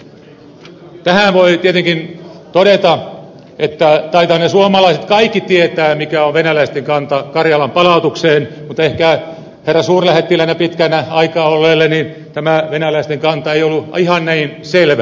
tähän voi tietenkin todeta että taitavat suomalaiset kaikki tietää mikä on venäläisten kanta karjalan palautukseen mutta ehkä herra suurlähettiläänä pitkän aikaa olleelle tämä venäläisten kanta ei ollut ihan niin selvä